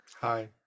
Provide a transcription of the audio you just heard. hi